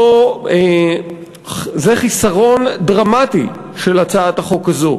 זה חיסרון דרמטי של הצעת החוק הזאת.